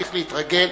צריך להתרגל,